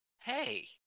Hey